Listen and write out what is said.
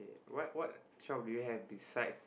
what what shop did you have besides